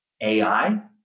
AI